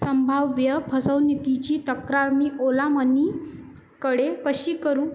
संभाव्य फसवणुकीची तक्रार मी ओला मनी कडे कशी करू